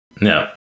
No